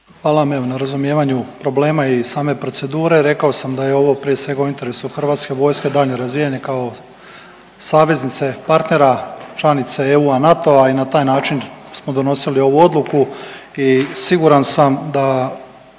Hvala vam na razumijevanju problema i same procedure. Rekao sam da je ovo prije svega u interesu HV-a daljnje razvijanje kao saveznice, partnera, članice EU-a, NATO-a i na taj način smo donosili ovu odluku i siguran sam da